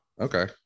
okay